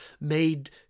made